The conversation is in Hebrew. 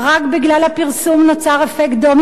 רק בגלל הפרסום נוצר אפקט דומינו,